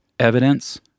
evidence